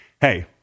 Hey